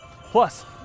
Plus